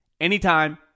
anytime